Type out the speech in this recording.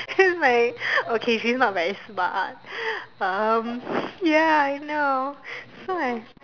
he's like okay she's not very smart um ya I know that's why